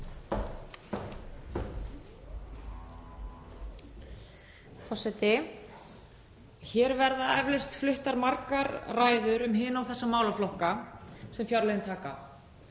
Forseti. Hér verða eflaust fluttar margar ræður um hina og þessa málaflokka sem fjárlögin taka